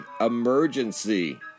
Emergency